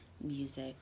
music